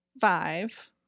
Five